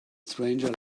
stranger